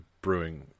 brewing